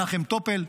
מנחם טופל,